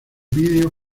vídeo